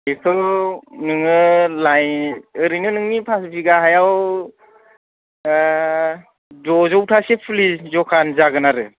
बेखौ नोङो लाय ओरैनो नोंनि पास बिघा हायाव दजौथासो फुलि जखा जागोन आरो